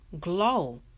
glow